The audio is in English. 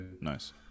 Nice